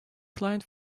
client